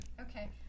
Okay